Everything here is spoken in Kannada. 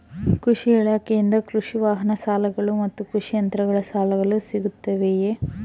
ಕೃಷಿ ಇಲಾಖೆಯಿಂದ ಕೃಷಿ ವಾಹನ ಸಾಲಗಳು ಮತ್ತು ಕೃಷಿ ಯಂತ್ರಗಳ ಸಾಲಗಳು ಸಿಗುತ್ತವೆಯೆ?